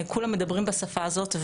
כולם מדברים בשפה הזאת,